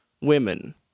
women